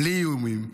בלי איומים.